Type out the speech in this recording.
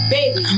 Baby